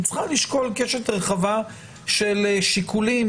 היא צריכה לשקול קשת רחבה של שיקולים,